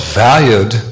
valued